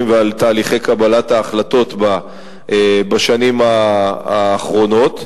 בתהליכי קבלת ההחלטות בשנים האחרונות.